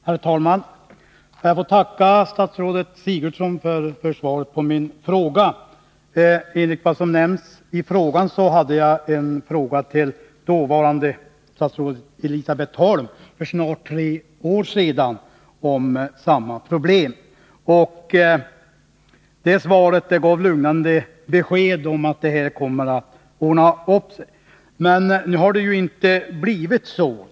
Herr talman! Jag får tacka statsrådet Sigurdsen för svaret på min fråga. Som nämnts i frågan ställde jag för snart tre år sedan en fråga om samma problem till dåvarande statsrådet Elisabet Holm. Hennes svar gav lugnande besked om att problemet skulle ordna upp sig. Det har inte blivit så.